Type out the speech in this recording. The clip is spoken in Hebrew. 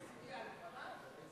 הוא הצביע לפני?